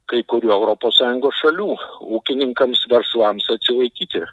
kai kurių europos sąjungos šalių ūkininkams verslams atsilaikyti